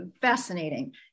fascinating